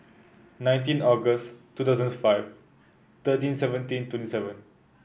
nineteen August two thousand five thirteen seventeen twenty seven